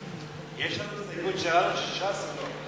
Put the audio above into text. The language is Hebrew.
יש לנו הסתייגות של ש"ס או לא?